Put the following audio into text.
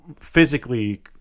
physically